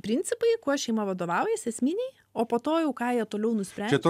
principai kuo šeima vadovaujasi esminiai o po to jau ką jie toliau nusprendžia